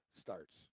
starts